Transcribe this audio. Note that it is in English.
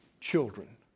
children